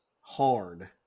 hard